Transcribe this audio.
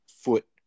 foot